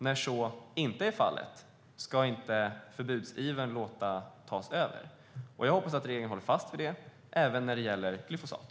När så inte är fallet ska man inte låta förbudsivern ta över. Jag hoppas att regeringen håller fast vid det även när det gäller glyfosat.